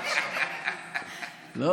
לטורקיה.